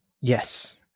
Yes